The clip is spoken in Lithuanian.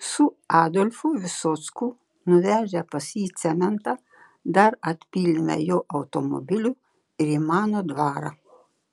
su adolfu visocku nuvežę pas jį cementą dar atpylėme jo automobiliu ir į mano dvarą